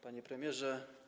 Panie Premierze!